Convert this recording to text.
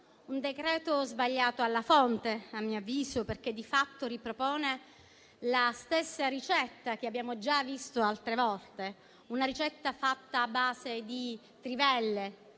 un decreto-legge sbagliato alla fonte, a mio avviso, perché di fatto ripropone la stessa ricetta che abbiamo già visto altre volte, a base di trivelle,